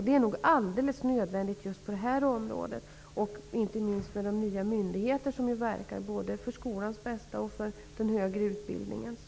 Det är nog alldeles nödvändigt just på det här området, inte minst för de nya myndigheter som verkar för både skolans och den högre utbildningens bästa.